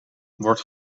wordt